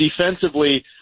defensively